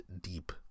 deep